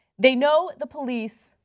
they know the police.